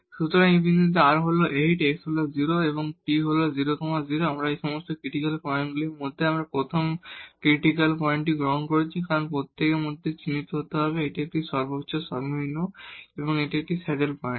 সুতরাং আমাদের এই বিন্দুতে r হল 8 s হল 0 এবং t হল 2 00 এ আমরা এই সমস্ত ক্রিটিকালগুলোর মধ্যে প্রথম ক্রিটিকাল পয়েন্টটি গ্রহণ করেছি কারণ প্রত্যেকের জন্য আমাদের চিহ্নিত করতে হবে যে এটি একটি মাক্সিমাম মিনিমাম বা একটি স্যাডেল পয়েন্ট